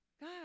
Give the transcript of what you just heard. God